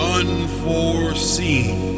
unforeseen